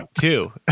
two